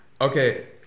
Okay